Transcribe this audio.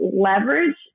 leverage